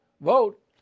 vote